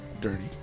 dirty